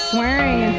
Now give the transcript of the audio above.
Swearing